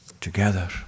together